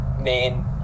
main